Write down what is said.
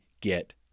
get